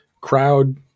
crowd